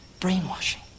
brainwashing